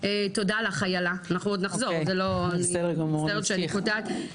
אנחנו עוד נחזור, מצטערת שאני קוטעת.